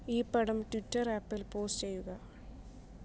ഈ പടം ട്വിറ്റർ ആപ്പിൽ പോസ്റ്റ് ചെയ്യുക